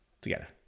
together